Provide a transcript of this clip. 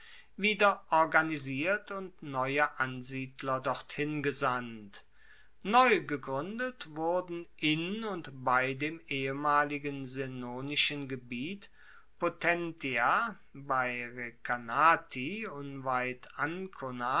wieder organisiert und neue ansiedler dorthin gesandt neu gegruendet wurden in und bei dem ehemaligen senonischen gebiet potentia